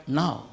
now